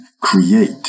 create